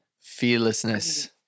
fearlessness